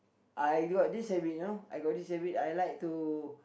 I got this habit you know I got this habit I like to